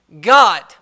God